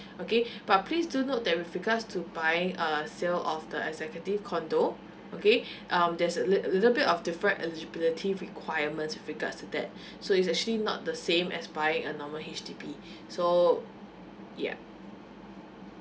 okay but please do note that with regards to buying a sale of the executive condo okay um there's a litt~ little bit of different eligibility requirements regards to that so is actually not the same as buying a normal H_D_B so ya